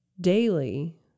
daily